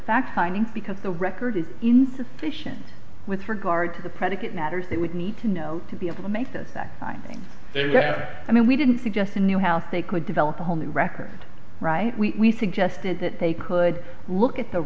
fact finding because the record is insufficient with regard to the predicate matters they would need to know to be able to make those that timing their i mean we didn't suggest a new house they could develop a whole new record right we suggested that they could look at the